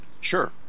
Sure